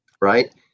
Right